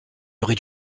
aurait